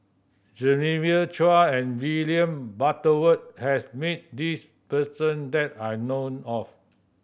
Genevieve Chua and William Butterworth has meet this person that I know of